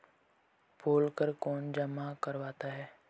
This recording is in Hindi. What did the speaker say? पोल कर कौन जमा करवाता है?